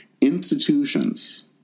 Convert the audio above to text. Institutions